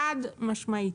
חד משמעית.